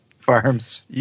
farms